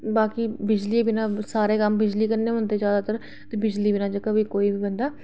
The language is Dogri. ते बाकी कम्म बिजली कन्नै होंदे सारे ते बिजली बिना कोई बी बंदा जेह्का